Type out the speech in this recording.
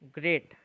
great